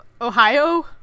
Ohio